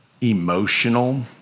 emotional